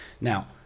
Now